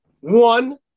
One